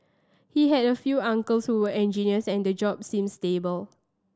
he had a few uncles who were engineers and the job seemed stable